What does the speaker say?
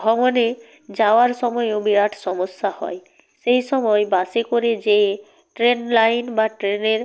ভ্রমণে যাওয়ার সময়ও বিরাট সমস্যা হয় সেই সময় বাসে করে যেয়ে ট্রেন লাইন বা ট্রেনের